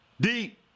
deep